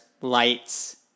lights